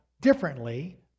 differently